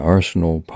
Arsenal